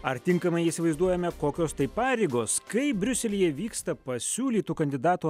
ar tinkamai įsivaizduojame kokios tai pareigos kaip briuselyje vyksta pasiūlytų kandidatų